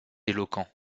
éloquent